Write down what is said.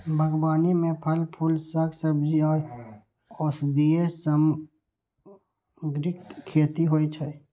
बागबानी मे फल, फूल, शाक, सब्जी आ औषधीय सामग्रीक खेती होइ छै